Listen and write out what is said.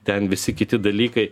ten visi kiti dalykai